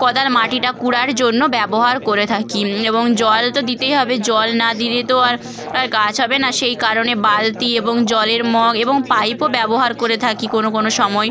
কোদাল মাটিটা কুড়ার জন্য ব্যবহার করে থাকি এবং জল তো দিতেই হবে জল না দিলে তো আর আর গাছ হবে না সেই কারণে বালতি এবং জলের মগ এবং পাইপও ব্যবহার করে থাকি কোনো কোনো সময়